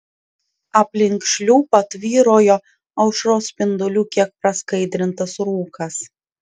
aplink šliupą tvyrojo aušros spindulių kiek praskaidrintas rūkas